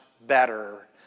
better